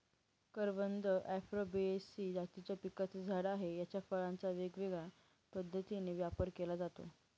करवंद उफॉर्बियेसी जातीच्या पिकाचं झाड आहे, याच्या फळांचा वेगवेगळ्या पद्धतीने वापर केला जातो